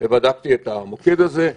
ובדקתי את המוקד הזה.